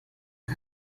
hat